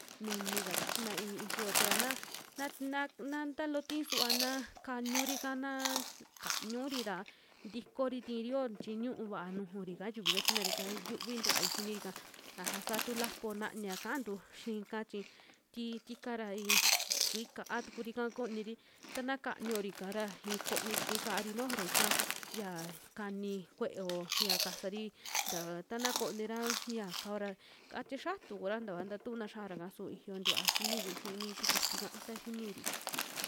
Nunika kachina i'i ixiyotu ra na, na, na, na ta loo tisuva na kuniuri, ika naaa kuniun'ri ra tikori ti'iri yoo chi ñuú vaa nujuri'ka yuvi kachina ra ika yuvivai xiniri'ka, aja sa tuu lapo naña kantu xii'ka chi ti tika ra i'i tikui ka'a tukuri'ka kooniri ta na kaniori kaara i'i koni tikui kaari nujuo ra ika xia kani kue'eo, ya kasari ntaa tana konira xiakao ra a tie xatuu kura ntakua tatuuna xiaara ka su iyoo vaa xiniyu xii mi ti kiti'ka ta xiniiri.